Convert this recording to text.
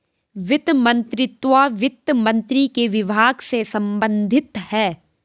वित्त मंत्रीत्व वित्त मंत्री के विभाग से संबंधित है